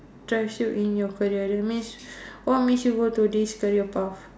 drives you in your career that means what makes you go to this career path